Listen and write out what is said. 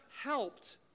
helped